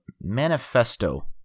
manifesto